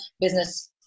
Business